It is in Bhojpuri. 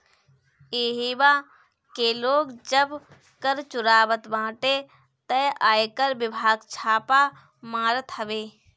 इहवा के लोग जब कर चुरावत बाटे तअ आयकर विभाग छापा मारत हवे